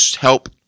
help